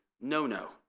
no-no